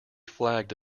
flagged